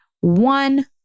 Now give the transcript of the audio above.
one